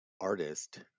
artist